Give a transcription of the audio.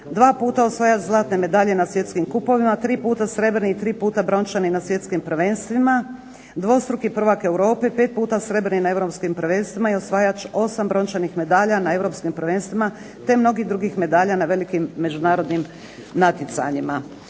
dva puta osvajač zlatne medalje na svjetskim kupovima, tri puta srebrni i tri puta brončani na svjetskim prvenstvima, dvostruki prvak Europe, pet puta srebrni na europskim prvenstvima, i osvajač 8 brončanih medalja na europskim prvenstvima, te mnogih drugih medalja na velikim međunarodnim natjecanjima.